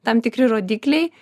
tam tikri rodikliai